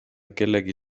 kellegi